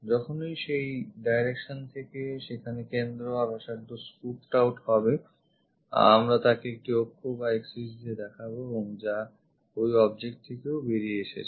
যখনই সেই direction থেকে সেখানে কেন্দ্র এবং ব্যাসার্ধ scooped out হবে আমরা তাকে একটি অক্ষ বা axis দিয়ে দেখাবো যা ওই object থেকেও বেরিয়ে এসেছে